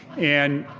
and